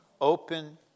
Open